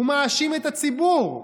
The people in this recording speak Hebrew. מאשים את הציבור.